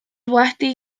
wedi